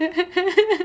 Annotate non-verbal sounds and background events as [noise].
[laughs]